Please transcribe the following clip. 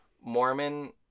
Mormon